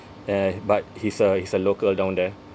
and but he's a he's a local down there